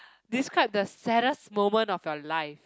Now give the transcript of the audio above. describe the saddest moment of your life